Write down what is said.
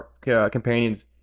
companions